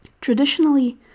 Traditionally